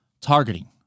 targeting